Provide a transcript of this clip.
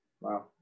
Wow